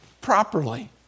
properly